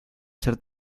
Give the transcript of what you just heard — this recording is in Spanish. ser